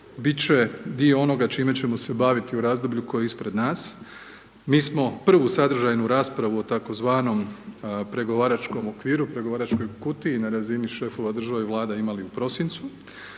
biti će dio onoga čime ćemo se baviti u razdoblju koje je ispred nas. Mi smo prvu sadržajnu raspravu o tzv. pregovaračkom okviru, pregovaračkoj kutiji, na razini šefova država vlada imali u prosincu.